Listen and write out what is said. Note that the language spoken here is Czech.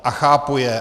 A chápu je.